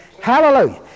Hallelujah